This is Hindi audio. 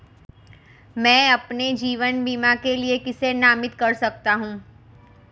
मैं अपने जीवन बीमा के लिए किसे नामित कर सकता हूं?